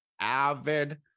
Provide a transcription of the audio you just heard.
avid